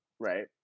Right